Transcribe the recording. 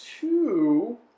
two